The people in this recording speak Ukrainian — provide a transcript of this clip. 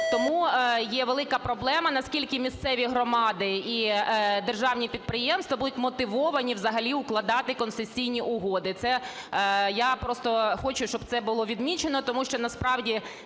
тому є велика проблема, наскільки місцеві громади і державні підприємства будуть мотивовані взагалі укладати концесійні угоди. Це я просто хочу, щоб це було відмічено, тому що насправді